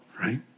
right